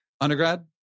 Undergrad